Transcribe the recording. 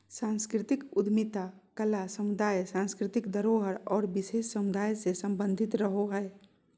सांस्कृतिक उद्यमिता कला समुदाय, सांस्कृतिक धरोहर आर विशेष समुदाय से सम्बंधित रहो हय